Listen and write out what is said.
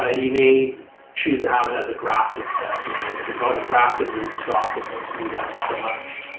ah you may choose to have it as a grafted specimen. it's on a grafted root stock, it won't do that so much